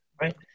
right